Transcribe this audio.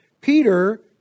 Peter